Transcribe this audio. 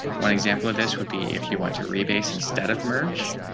one example of this would be if you want to replace instead of merge,